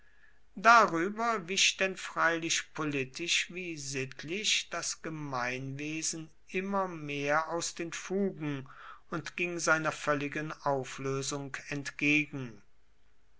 darüber wich denn freilich politisch wie sittlich das gemeinwesen immer mehr aus den fugen und ging seiner völligen auflösung entgegen